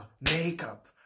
makeup